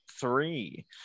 three